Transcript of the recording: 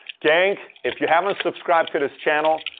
gang, if you haven't subscribed to this channel,